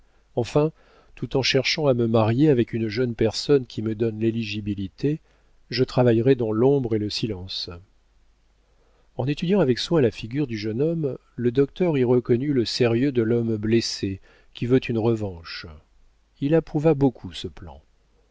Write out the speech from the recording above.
enfin tout en cherchant à me marier avec une jeune personne qui me donne l'éligibilité je travaillerai dans l'ombre et le silence en étudiant avec soin la figure du jeune homme le docteur y reconnut le sérieux de l'homme blessé qui veut une revanche il approuva beaucoup ce plan